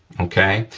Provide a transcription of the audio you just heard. okay?